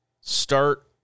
start